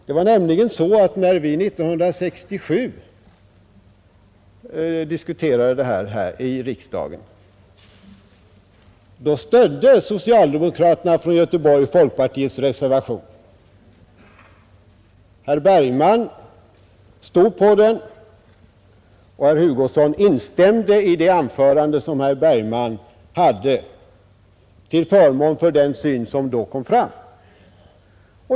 Det var nämligen så att när vi 1967 diskuterade denna fråga i riksdagen, stödde socialdemokraterna från Göteborg folkpartiets reservation. Herr Bergman undertecknade den, och herr Hugosson instämde i det anförande som herr Bergman höll till förmån för den syn som då kom fram.